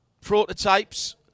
prototypes